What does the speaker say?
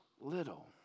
little